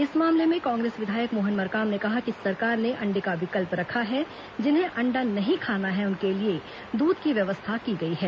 इस मामले में कांग्रेस विधायक मोहन मरकाम ने कहा कि सरकार ने अंडे का विकल्प रखा है जिन्हें अंडा नहीं खाना है उनके लिए दूध की व्यवस्था की गई है